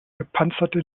gepanzerte